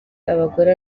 abagore